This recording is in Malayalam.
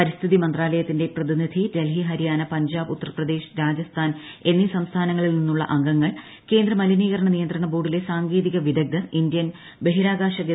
പരിസ്ഥിതി മന്ത്രാലയത്തിന്റെ പ്രതിനിധി ഡൽഹി ഹരിയാന പഞ്ചാബ് ഉത്തർപ്രദേശ് രാജസ്ഥാൻ എന്നീ സംസ്ഥാനങ്ങളിൽ നിന്നുള്ള അംഗങ്ങൾ കേന്ദ്ര മലിനീകരണ നിയന്ത്രണ ബോർഡിലെ സാങ്കേതിക വിദഗ്ദ്ധർ ഇന്ത്യൻ ബഹിരാകാശ ഗവേഷണ സംഘടന എന്നിവരടങ്ങുന്നതാണ് കമ്മിഷൻ